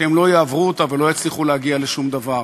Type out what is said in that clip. שהם לא יעברו אותה ולא יצליחו להגיע לשום דבר.